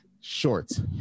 Shorts